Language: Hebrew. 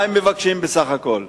מה הם מבקשים בסך הכול?